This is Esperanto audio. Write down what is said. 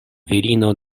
virino